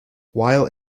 while